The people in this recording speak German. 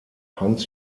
hans